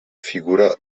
figura